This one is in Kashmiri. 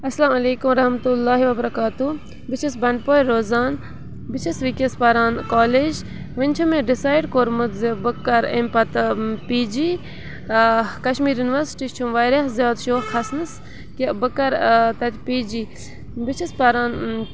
اسلام علیکُم ورحمتہ اللہ وبرکاتہ بہٕ چھس بنڈپور روزان بہٕ چھس وٕنکٮ۪س پران کالیج وۄنۍ چھُ مےٚ ڈِسایڈ کوٚرمُت زِ بہٕ کرٕ امہِ پتہٕ پی جی کشمیٖر یُنورسٹی چھم واریاہ زیادٕ شوق کھَسنس کہِ بہٕ کرٕ تتہِ پی جی بہٕ چھس پران